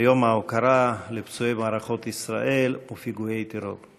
ביום ההוקרה לפצועי מערכות ישראל ופיגועי הטרור.